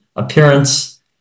appearance